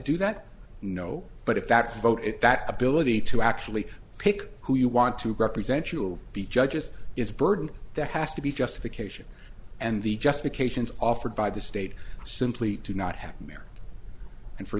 do that no but if that vote if that ability to actually pick who you want to represent you will be judges is a burden that has to be justification and the justification is offered by the state simply do not happen there and for